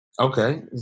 Okay